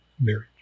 marriage